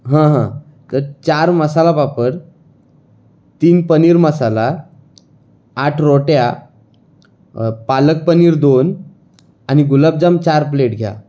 हं हं तर चार मसाला पापड तीन पनीर मसाला आठ रोट्या पालक पनीर दोन आणि गुलाबजाम चार प्लेट घ्या